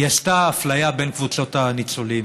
היא עשתה אפליה בין קבוצות הניצולים,